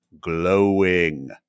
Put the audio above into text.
glowing